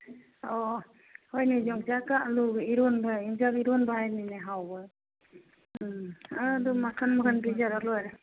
ꯑꯣ ꯍꯣꯏꯅꯦ ꯌꯣꯡꯆꯥꯛꯀ ꯑꯥꯜꯂꯨꯒ ꯏꯔꯣꯟꯕ ꯌꯣꯡꯆꯥꯛ ꯏꯔꯣꯟꯕ ꯍꯥꯏꯕꯅꯤꯅꯦ ꯍꯥꯎꯕ ꯎꯝ ꯑꯥ ꯑꯗꯨ ꯃꯈꯜ ꯃꯈꯜ ꯄꯤꯖꯔ ꯂꯣꯏꯔꯦ